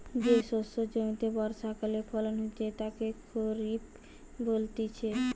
যে শস্য জমিতে বর্ষাকালে ফলন হতিছে তাকে খরিফ বলতিছে